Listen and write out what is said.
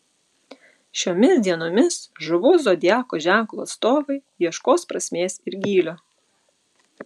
šiomis dienomis žuvų zodiako ženklo atstovai ieškos prasmės ir gylio